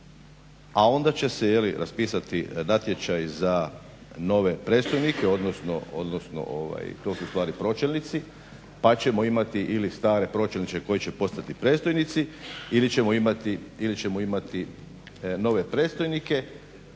a onda će se raspisati natječaj za nove predstojnike odnosno to su ustvari pročelnici pa ćemo imati ili stare pročelnike koji će postati predstojnici ili ćemo imati nove predstojnike,